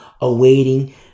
awaiting